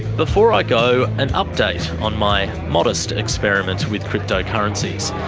before i go, an update on my modest experiment with cryptocurrencies.